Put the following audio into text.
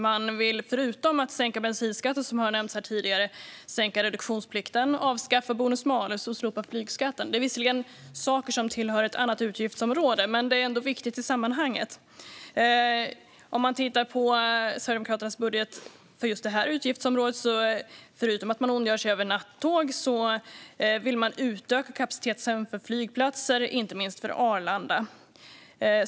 De vill förutom att sänka bensinskatten, som har nämnts här tidigare, minska reduktionsplikten, avskaffa bonus-malus och slopa flygskatten. Det är visserligen sådant som hör till ett annat utgiftsområde. Men det är ändå viktigt i sammanhanget. I Sverigedemokraternas budget för just detta utgiftsområde ser man, förutom att de ondgör sig över nattåg, att de vill utöka kapaciteten för flygplatser, inte minst för Arlanda.